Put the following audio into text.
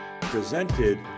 presented